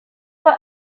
for